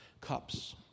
cups